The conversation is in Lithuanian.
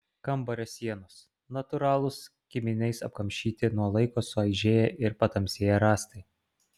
kambario sienos natūralūs kiminais apkamšyti nuo laiko suaižėję ir patamsėję rąstai